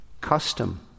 Custom